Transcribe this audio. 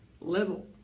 level